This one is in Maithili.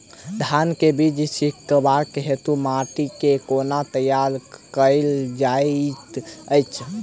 धान केँ बीज छिटबाक हेतु माटि केँ कोना तैयार कएल जाइत अछि?